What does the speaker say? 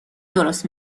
درست